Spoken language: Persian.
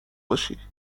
باشی